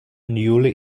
newly